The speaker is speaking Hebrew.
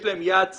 ויש להם יעד צמיחה,